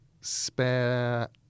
spare